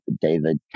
David